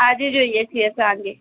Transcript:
આજે જોઈએ છે સાંજે